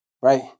right